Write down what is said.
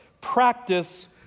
practice